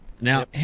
Now